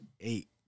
eight